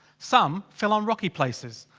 some fell on rocky places.